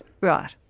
Right